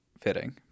fitting